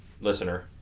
listener